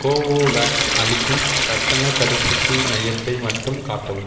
Covovax அளிக்கும் கட்டணத் தடுப்பூசி மையத்தை மட்டும் காட்டவும்